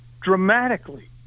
dramatically